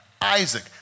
Isaac